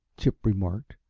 chip remarked,